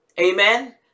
Amen